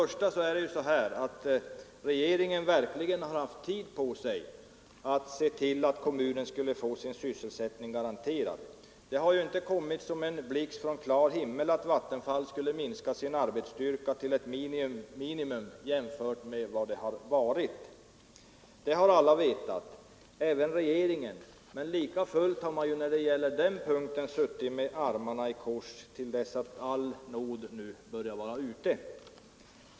Regeringen har verkligen haft tid på sig att se till att kommunen skulle få sin sysselsättning garanterad. Det har ju inte kommit som en blixt från klar himmel att Vattenfall skulle minska sin arbetsstyrka till ett minimum jämfört med vad den har varit. Det har alla vetat, även regeringen. Men lika fullt har man på den punkten suttit med armarna i kors till dess att all nåd nu börjar vara ute.